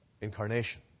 incarnation